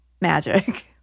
magic